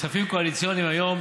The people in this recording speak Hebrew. כספים קואליציוניים,